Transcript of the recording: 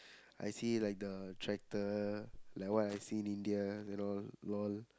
I see like the tractor like what I see in India you know lol